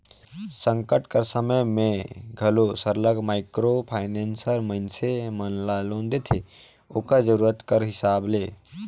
संकट कर समे में घलो सरलग माइक्रो फाइनेंस हर मइनसे मन ल लोन देथे ओकर जरूरत कर हिसाब ले